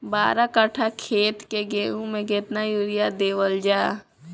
बारह कट्ठा खेत के गेहूं में केतना यूरिया देवल जा?